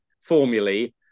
formulae